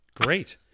great